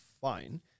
fine